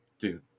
Dude